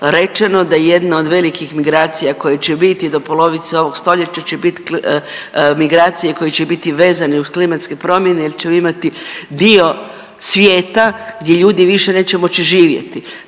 rečeno da jedna od velikih migracija koje će biti do polovice ovog stoljeća će bit migracije koje će biti vezane uz klimatske promjene jel ćemo imati dio svijeta gdje ljudi više neće moći živjeti.